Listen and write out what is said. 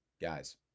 Guys